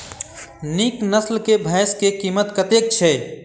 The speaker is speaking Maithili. नीक नस्ल केँ भैंस केँ कीमत कतेक छै?